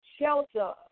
shelter